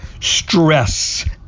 stress